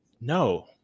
no